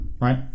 right